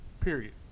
Period